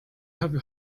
have